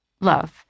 love